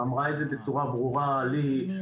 ואמרה את זה בצורה ברורה ליהי,